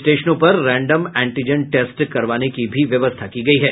स्टेशनों पर random antigen test करवाने की भी व्यवस्था की गयी है